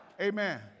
Amen